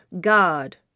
God